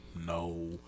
no